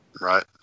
Right